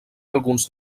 alguns